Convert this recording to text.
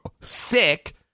sick